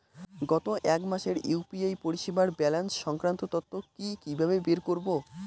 গত এক মাসের ইউ.পি.আই পরিষেবার ব্যালান্স সংক্রান্ত তথ্য কি কিভাবে বের করব?